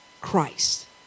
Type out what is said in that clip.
Christ